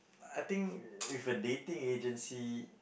I think if a dating agency